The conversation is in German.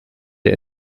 der